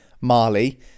Marley